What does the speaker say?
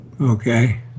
Okay